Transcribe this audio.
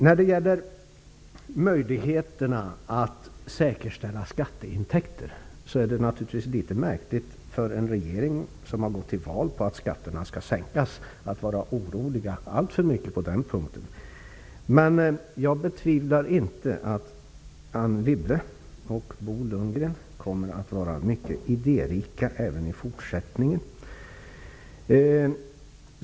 När det gäller möjligheterna att säkerställa skatteintäkter är det naturligtvis litet märkligt att en regering som har gått till val på att skatterna skall sänkas är alltför orolig på den punkten. Jag betvivlar inte att Anne Wibble och Bo Lundgren kommer att vara mycket idérika i fortsättningen.